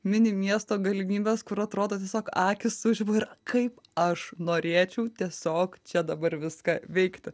mini miesto galimybes kur atrodo tiesiog akys sužiba ir kaip aš norėčiau tiesiog čia dabar viską veikti